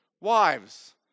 wives